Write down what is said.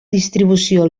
distribució